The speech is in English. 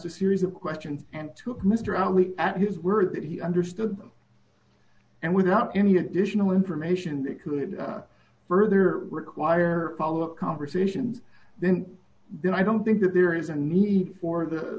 a series of questions and took mr allawi at his word that he understood them and without any additional information that could further require follow up conversations then then i don't think that there is a need for the